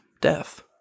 death